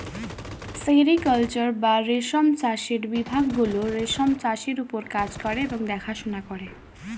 sericulture বা রেশম চাষের বিভাগ গুলো রেশম চাষের ওপর কাজ করে এবং দেখাশোনা করে